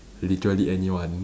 literally anyone